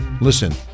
Listen